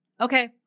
Okay